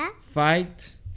Fight